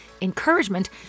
encouragement